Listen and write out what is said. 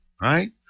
right